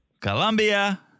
Colombia